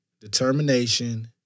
determination